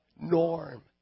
norm